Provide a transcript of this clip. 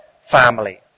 family